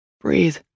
Breathe